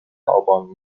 آبان